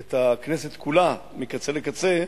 את הכנסת כולה, מקצה לקצה.